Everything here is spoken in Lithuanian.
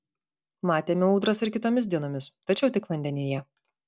matėme ūdras ir kitomis dienomis tačiau tik vandenyje